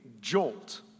jolt